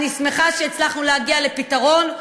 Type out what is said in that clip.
אני שמחה שהצלחנו להגיע לפתרון,